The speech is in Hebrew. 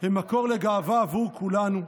הם מקור לגאווה בעבור כולנו,